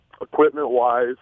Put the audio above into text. Equipment-wise